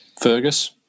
Fergus